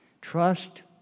Trust